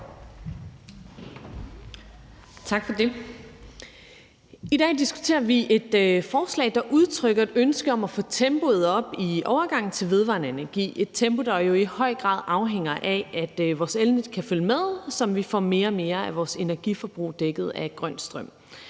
I dag diskuterer vi et forslag, der udtrykker et ønske om at sætte tempoet op i overgangen til vedvarende energi – et tempo, der jo i høj grad afhænger af, at vores elnet kan følge med, så vi får mere og mere af vores energiforbrug dækket af grøn strøm.